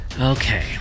Okay